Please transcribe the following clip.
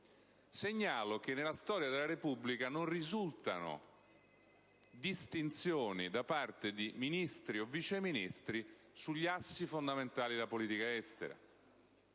Segnalo che nella storia della Repubblica non risultano distinzioni da parte di Ministri o Vice Ministri sugli assi fondamentali della politica estera.